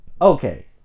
Okay